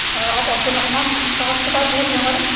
آپ عبدالرحمان صاحب سے بات ہو رہی ہے ہماری